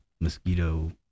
mosquito